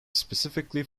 specifically